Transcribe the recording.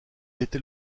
était